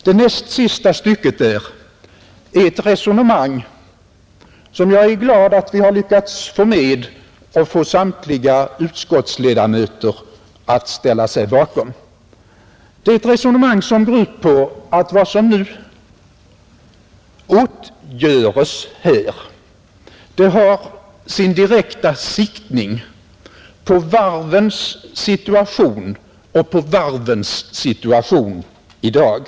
Det näst sista stycket innehåller ett resonemang som jag är glad över att vi lyckades få med och få samtliga utskottsledamöter att ställa sig bakom, Det är ett resonemang som går ut på att vad som nu åtgörs har sin direkta siktning på varvens situation och på varvens situation i dag.